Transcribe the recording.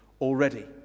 already